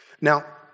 Now